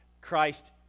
Christ